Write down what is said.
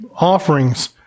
offerings